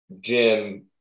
Jim